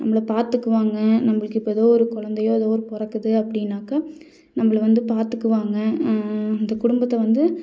நம்மள பார்த்துக்குவாங்க நம்மளுக்கு இப்போ ஏதோ ஒரு குலந்தையோ ஏதோ ஒன்று பிறக்குது அப்படினாக்கா நம்மள வந்து பார்த்துக்குவாங்க அந்த குடும்பத்தை வந்து